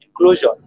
Inclusion